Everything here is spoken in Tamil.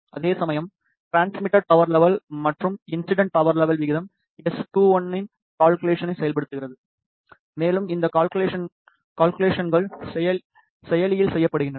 அதேசமயம் ட்ரான்ஸ்மிடட் பவர் லெவல் மற்றும் இன்சிடென்ட் பவர் லெவலின் விகிதம் S21 இன் கால்குலேஷனை செயல்படுத்துகிறது மேலும் இந்த கால்குலேஷன்கள் செயலியில் செய்யப்படுகின்றன